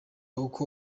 uko